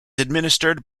administrated